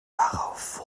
darauf